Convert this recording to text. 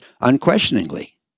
unquestioningly